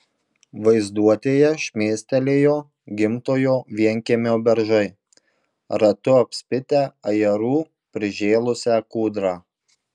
vaizduotėje šmėstelėjo gimtojo vienkiemio beržai ratu apspitę ajerų prižėlusią kūdrą